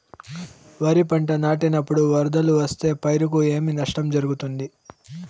వరిపంట నాటినపుడు వరదలు వస్తే పైరుకు ఏమి నష్టం జరుగుతుంది?